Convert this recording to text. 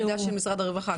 זאת עמדת משרד הרווחה.